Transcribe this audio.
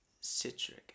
citric